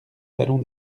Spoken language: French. talons